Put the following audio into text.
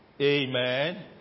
Amen